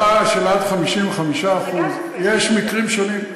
הנחה של עד 55%. יש מקרים שונים,